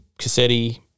Cassetti